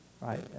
right